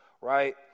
Right